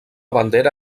bandera